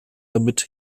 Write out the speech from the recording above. damit